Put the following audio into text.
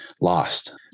lost